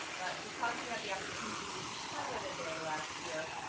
but because we had the opportunity to pilot a day last year,